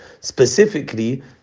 specifically